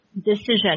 decision